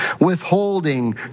withholding